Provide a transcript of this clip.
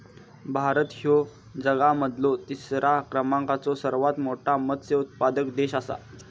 भारत ह्यो जगा मधलो तिसरा क्रमांकाचो सर्वात मोठा मत्स्य उत्पादक देश आसा